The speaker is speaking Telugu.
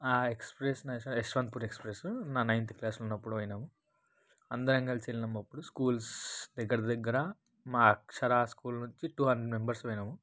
ఎక్స్ప్రెస్ నర్సా యశ్వంత్పూర్ ఎక్స్ప్రెస్సు నా నైన్త్ క్లాస్లో ఉన్నప్పుడు పోయినాము అందరం కలిసి వెళ్ళినాం అప్పుడు స్కూల్స్ దగ్గర దగ్గర మా అక్షరా స్కూల్ నుంచి టూ హండ్రడ్ నంబర్స్ పోయినాము